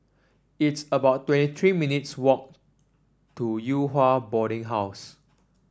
it's about twenty three minutes' walked to Yew Hua Boarding House